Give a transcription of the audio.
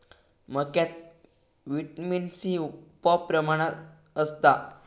मक्यात vitamin C मॉप प्रमाणात असता